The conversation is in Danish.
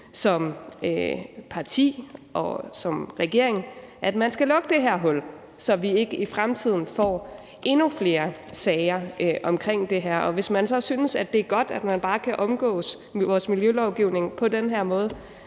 som parti og som regering synes, at man skal lukke det hul, så vi ikke i fremtiden får endnu flere sager omkring det her. Hvis man så synes, det er godt, at man bare kan omgå vores miljølovgivning på den måde,